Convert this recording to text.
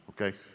okay